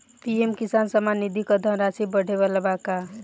PM Kisan Samman Nidhi क धनराशि बढ़े वाला बा का?